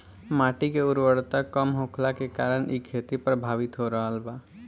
माटी के उर्वरता कम होखला के कारण इ खेती प्रभावित हो रहल बा